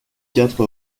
quatre